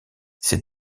ses